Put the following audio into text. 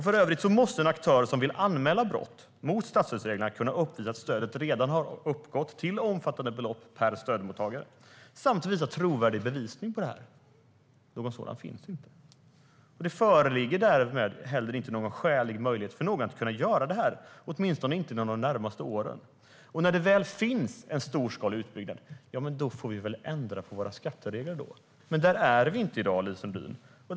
För övrigt måste en aktör som vill anmäla brott mot statsstödsreglerna kunna uppvisa att stödet redan har uppgått till omfattande belopp per stödmottagare samt visa trovärdig bevisning för detta. Något sådant finns inte. Det föreligger därmed inte heller någon skälig möjlighet för någon att kunna göra detta, åtminstone inte under de närmaste åren. När det väl finns en storskalig utbyggnad får vi väl ändra våra skatteregler. Men där är vi inte i dag, Lise Nordin.